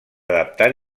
adaptar